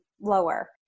lower